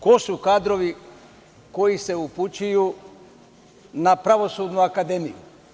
Ko su kadrovi koji se upućuju na Pravosudnu akademiju?